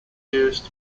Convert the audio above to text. used